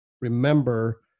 Remember